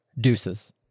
Deuces